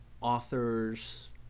authors